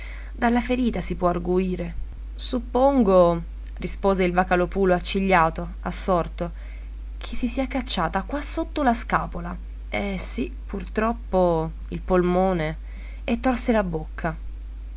dalla ferita si può arguire suppongo rispose il vocalòpulo accigliato assorto che si sia cacciata qua sotto la scapola eh sì purtroppo il polmone e torse la bocca